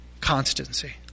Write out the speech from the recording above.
constancy